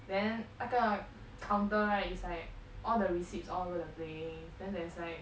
then 那个 counter right is like all the receipts all over the place then there's like